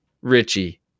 Richie